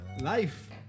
life